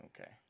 Okay